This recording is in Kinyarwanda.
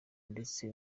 ndetse